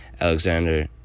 Alexander